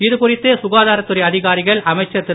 இது குறித்து சுகாதாரத் துறை அதிகாரிகள் அமைச்சர் திரு